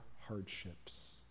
hardships